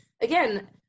again